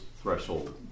Threshold